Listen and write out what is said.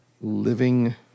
Living